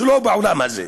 שאינם בעולם הזה?